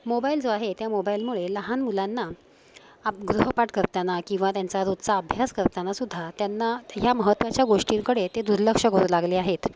mobile जो आहे त्या मोबाईलमुळे लहान मुलांना अप गृहपाठ करताना किंवा त्यांचा रोजचा अभ्यास करतानासुद्धा त्यांना ह्या महत्वाच्या गोष्टींकडे ते दुर्लक्ष करू लागले आहेत